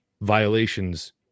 violations